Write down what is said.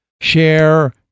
share